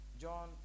John